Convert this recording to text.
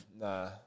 Nah